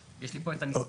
יש לי פה את הנספח.